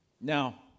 Now